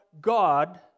God